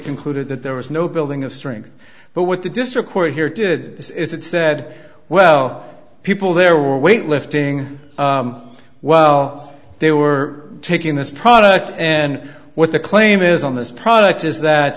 concluded that there was no building of strength but what the district court here did this is it said well people there were weightlifting well they were taking this product and what the claim is on this product is that